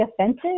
offensive